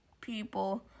people